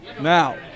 Now